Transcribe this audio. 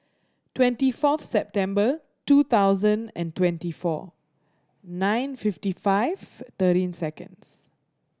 twenty fourth September two thousand and twenty four nine fifty five thirteen seconds